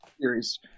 series